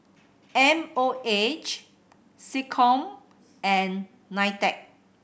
M O H SecCom and NITEC